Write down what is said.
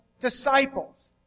disciples